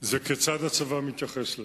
זה כיצד הצבא מתייחס לזה.